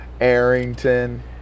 Arrington